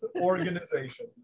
organization